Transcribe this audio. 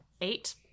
Eight